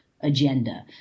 agenda